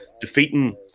defeating